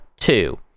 two